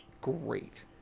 great